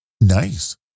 nice